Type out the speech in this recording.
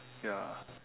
ya